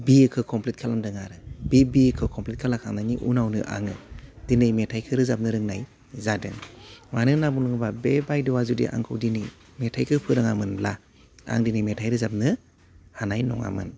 बिएखौ complete खालामदों आरो बे बिए खौ खमफ्लिट खालामखांनायनि उनावनो आङो दिनै मेथाइखो रोजाबनो रोंनाय जादों मानो होनना बुङोबा बे बायद'आ जुदि आंखौ दिनै मेथाइखो फोरोङा मोनब्ला आं दिनै मेथाइ रोजाबनो हानाय नङामोन